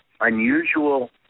unusual